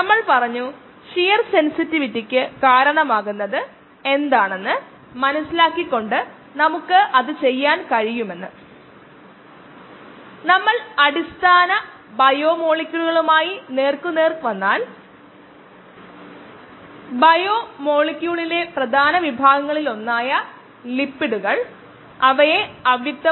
അവർ പഠിക്കുന്ന പ്രത്യേക വിഷവസ്തു എക്സ് E എന്ന എൻസൈം ഉപയോഗിച്ച് എൻസൈമിക്കായി തകർക്കാൻ കഴിയും ബ്രേക്ഡൌൺ പഠിച്ചത് 30 ഡിഗ്രി സെൽഷ്യസിലും 7